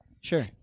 Sure